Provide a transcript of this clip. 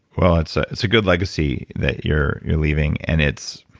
well, it's ah it's a good legacy that you're you're leaving, and it's.